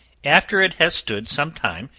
after it has stood some time,